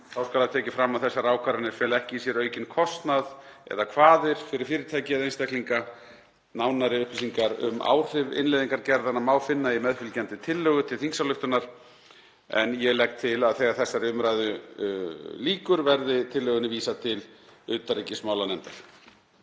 skal það tekið fram að þessar ákvarðanir fela ekki í sér aukinn kostnað eða kvaðir fyrir fyrirtæki eða einstaklinga. Nánari upplýsingar um áhrif innleiðingar gerðanna má finna í meðfylgjandi tillögu til þingsályktunar en ég legg til að þegar þessari umræðu lýkur verði tillögunni vísað til utanríkismálanefndar.